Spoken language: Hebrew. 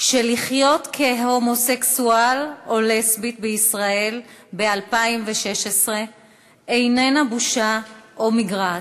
שלחיות כהומוסקסואל או לסבית בישראל ב-2016 איננו בושה או מגרעת.